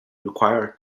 require